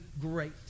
great